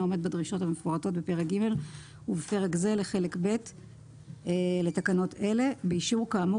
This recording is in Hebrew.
עומד בדרישות המפורטות בפרק ג' ובפרק זה לתקנות אלה באישור כאמור